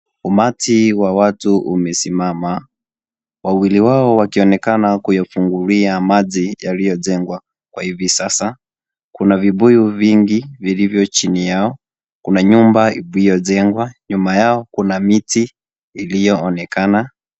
Umati wa watu umesimama. Wawili wao wakionekana kuyafungulia maji yaliyojengwa. Kwa hivi sasa, kuna vibuyu vingi vilivyo chini yao, kuna nyumba iliyojengwa, nyuma yao kuna miti iliyoonekana.